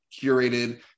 curated